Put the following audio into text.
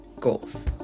goals